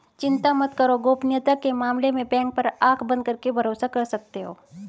चिंता मत करो, गोपनीयता के मामले में बैंक पर आँख बंद करके भरोसा कर सकते हो